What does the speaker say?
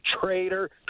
traitor